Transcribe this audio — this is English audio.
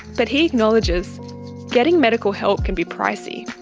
but he acknowledges getting medical help can be pricey.